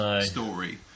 story